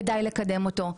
כדאי לקדם אותו.